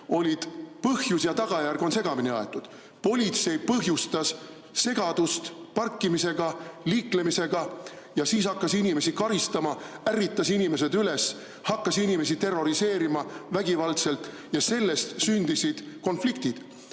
olid põhjus ja tagajärg segamini aetud. Politsei põhjustas segadust parkimisel, liiklemisel ja siis hakkas inimesi karistama, ärritas inimesed üles, hakkas inimesi terroriseerima vägivaldselt ja sellest sündisid konfliktid.